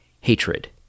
hatred